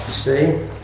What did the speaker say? See